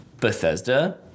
Bethesda